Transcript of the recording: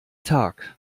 tag